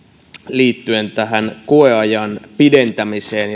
liittyen tähän koeajan pidentämiseen